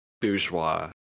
bourgeois